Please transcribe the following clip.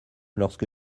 lorsque